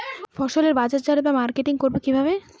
ফসলের বাজারজাত বা মার্কেটিং করব কিভাবে?